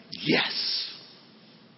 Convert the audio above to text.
yes